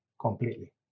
completely